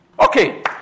Okay